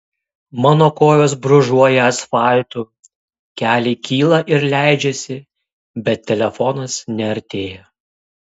mano kojos brūžuoja asfaltu keliai kyla ir leidžiasi bet telefonas neartėja